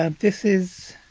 um this is.